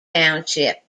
township